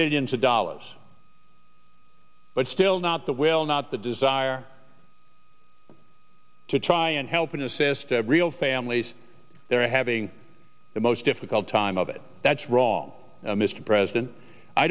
billions of dollars but still not the will not the desire to try and help and assist the real families they're having the most difficult time of it that's wrong mr president i